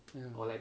ya